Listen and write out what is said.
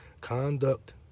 conduct